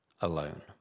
alone